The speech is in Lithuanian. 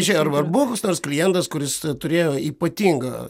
žė ar ar buvo koks nors klientas kuris turėjo ypatingą